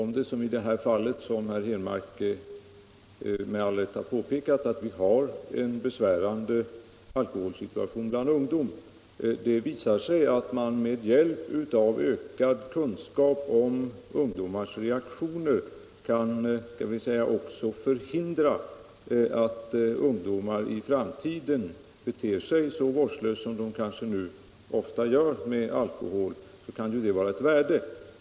Men som herr Henmark med all rätt framhållit har vi en besvärlig alkoholsituation bland ungdomen, och om det då visar sig att man med hjälp av ökade kunskaper om ungdomens reaktioner kan förhindra att unga människor i framtiden beter sig så vårdslöst med alkohol som de kanske nu ofta gör, så kan ju det vara ett värde.